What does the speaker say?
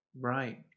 right